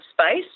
space